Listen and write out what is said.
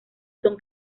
son